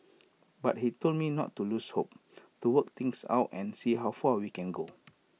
but he told me not to lose hope to work things out and see how far we can go